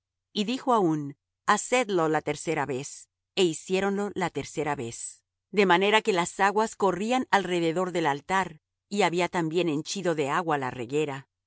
hicieron dijo aún hacedlo la tercera vez é hiciéronlo la tercera vez de manera que las aguas corrían alrededor del altar y había también henchido de agua la reguera